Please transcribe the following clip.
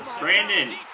Brandon